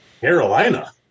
Carolina